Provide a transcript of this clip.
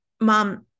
Mom